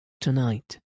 Tonight